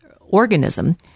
organism